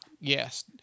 Yes